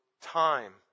time